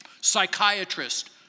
psychiatrist